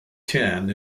tian